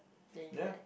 then you like